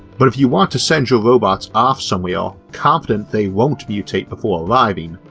but if you want to send your robots off somewhere confident they won't mutate before arriving,